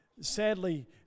Sadly